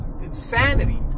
insanity